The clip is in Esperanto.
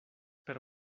per